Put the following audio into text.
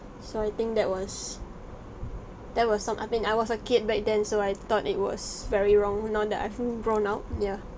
so I think that was that was some I mean I was a kid back then so I thought it was very wrong now that I've grown out yeah